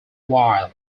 while